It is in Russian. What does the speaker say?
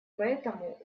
поэтому